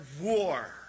war